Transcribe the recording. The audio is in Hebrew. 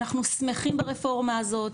אנחנו שמחים ברפורמה הזאת,